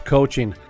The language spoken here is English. Coaching